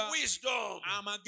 wisdom